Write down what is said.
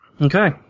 Okay